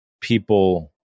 people